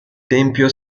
tempio